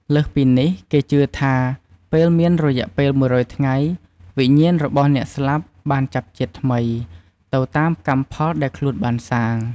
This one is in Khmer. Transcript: លើសពីនេះ គេជឿថា ពេលមានរយៈពេល១០០ថ្ងៃ វិញ្ញាណរបស់អ្នកស្លាប់បាន ចាប់ជាតិថ្មី ទៅតាមកម្មផលដែលខ្លួនបានសាង។